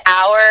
hour